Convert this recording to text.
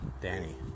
Danny